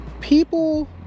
people